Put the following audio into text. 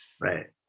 Right